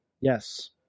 Yes